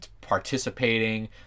participating